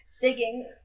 digging